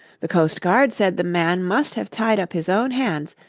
the coastguard said the man must have tied up his own hands,